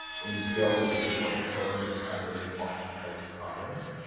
when you scale to a certain point, you're going to encounter the following types of problems.